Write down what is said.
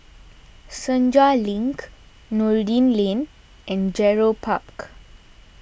Senja Link Noordin Lane and Gerald Park